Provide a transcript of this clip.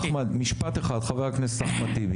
אחמד משפט אחד, חבר הכנסת אחמד טיבי.